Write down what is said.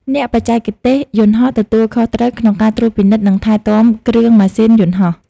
អ្នកបច្ចេកទេសយន្តហោះ ទទួលខុសត្រូវក្នុងការត្រួតពិនិត្យនិងថែទាំគ្រឿងម៉ាស៊ីនយន្តហោះ។